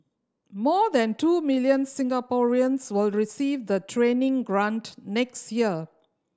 more than two million Singaporeans will receive the training grant next year